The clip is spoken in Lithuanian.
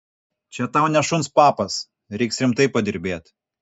čia tau ne šuns papas reiks rimtai padirbėt